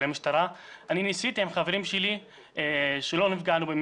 המשטרה אני ניסיתי עם החברים שלי שלא נפגענו,